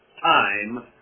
time